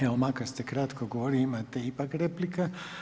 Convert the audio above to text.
Evo makar ste kratko govorili imate ipak replika.